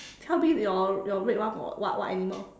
tell me your your red one got what what animal